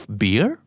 beer